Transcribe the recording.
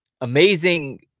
amazing